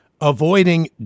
avoiding